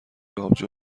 آبجو